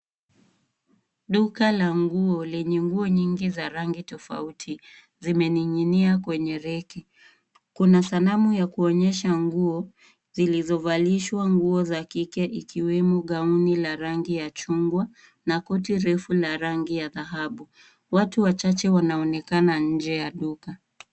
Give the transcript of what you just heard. Duka la nguo lenye nguo nyingi za rangi tofauti. Zimening'inia kwenye reki. Kuna sanamu ya kuonyesha nguo iliyovalishwa nguo za kike ikiwemo gauni la rangi ya chungwa na koti refu la rangi ya dhahabu. Watu wachache wanaonekana nje ya duka.